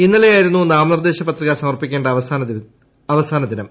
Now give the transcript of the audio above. ഇന്നലെയായിരുന്നു നാമനിർദേശ പത്രിക സമർപ്പിക്കേണ്ട അവസാന ദിനം